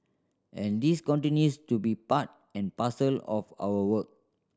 and this continues to be part and parcel of our work